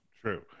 true